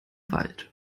wald